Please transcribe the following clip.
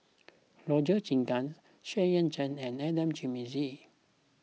Roger Jenkins Xu Yuan Zhen and Adan Jimenez